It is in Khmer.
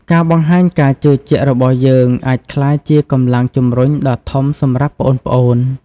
ការបង្ហាញការជឿជាក់របស់យើង អាចក្លាយជាកម្លាំងជំរុញដ៏ធំសម្រាប់ប្អូនៗ។